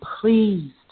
pleased